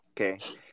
Okay